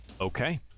Okay